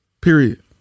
Period